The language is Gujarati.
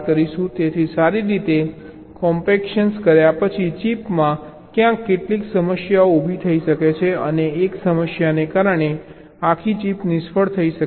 તેથી સારી રીતે કોમ્પેક્શન કર્યા પછી ચિપમાં ક્યાંક કેટલીક સમસ્યાઓ ઊભી થઈ શકે છે અને તે એક સમસ્યાને કારણે આખી ચિપ નિષ્ફળ થઈ શકે છે